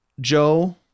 Joe